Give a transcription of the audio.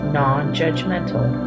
non-judgmental